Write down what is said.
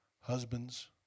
Husbands